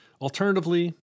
Alternatively